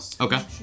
okay